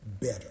better